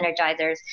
energizers